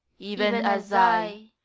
even as i,